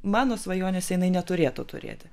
mano svajonėse jinai neturėtų turėti